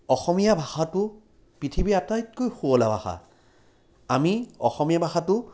অসমীয়া ভাষাটো পৃথিৱীৰ আটাইতকৈ শুৱলা ভাষা আমি অসমীয়া ভাষাটো